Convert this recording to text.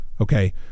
okay